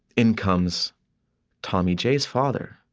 in comes tommy j's father,